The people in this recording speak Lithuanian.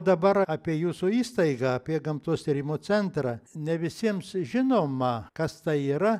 dabar apie jūsų įstaigą apie gamtos tyrimų centrą ne visiems žinoma kas tai yra